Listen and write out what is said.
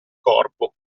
corpo